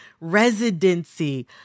residency